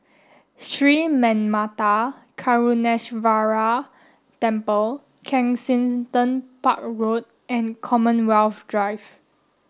Sri Manmatha Karuneshvarar Temple Kensington Park Road and Commonwealth Drive